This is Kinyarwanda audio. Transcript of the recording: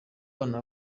bana